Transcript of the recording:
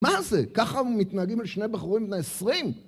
מה זה? ככה מתנהגים על שני בחורים בני עשרים?